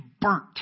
burnt